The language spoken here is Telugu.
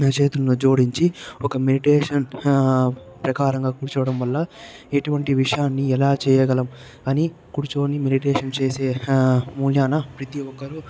మీ చేతులను జోడించి ఒక మెడిటేషన్ ఆ ప్రకారంగా కూర్చోవడం వల్ల ఎటువంటి విషయాన్ని ఎలా చేయగలం అని కూర్చుని మెడిటేషన్ చేసే ఆ మూల్యంగా ప్రతి ఒక్కరు